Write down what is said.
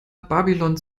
babylon